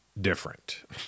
different